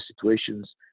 situations